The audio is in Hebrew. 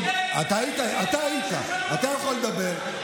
אתה היית, אתה יכול לדבר.